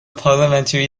parliamentary